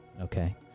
okay